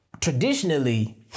Traditionally